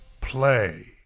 play